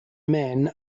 men